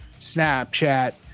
snapchat